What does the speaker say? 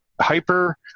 hyper